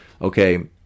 Okay